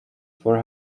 for